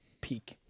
peak